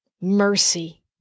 Mercy